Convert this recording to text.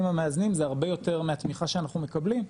המאזנים זה הרבה יותר מהתמיכה שאנחנו מקבלים,